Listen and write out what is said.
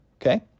Okay